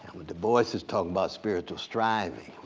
du bois is talking about spiritual striving.